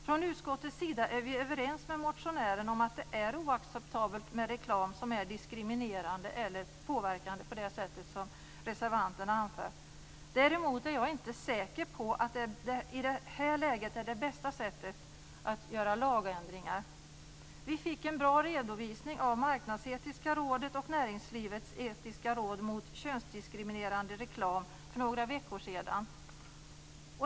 Från utskottets sida är vi överens med motionären om att det är oacceptabelt med reklam som är diskriminerande eller påverkande på det sätt som reservanten anför. Däremot är jag inte säker på att det i det här läget är det bästa sättet att göra lagändringar. Vi fick en bra redovisning av Marknadsetiska rådet och Näringslivets etiska råd mot könsdiskriminerande reklam för några veckor sedan.